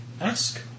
ask